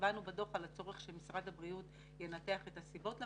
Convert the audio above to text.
הצבענו בדוח על הצורך של משרד הבריאות לנתח את הסיבות לפער.